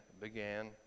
began